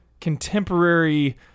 contemporary